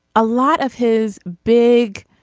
a lot of his big